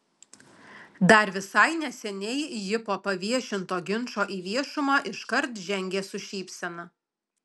dar visai neseniai ji po paviešinto ginčo į viešumą iškart žengė su šypsena